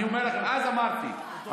אז אמרתי,